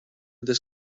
this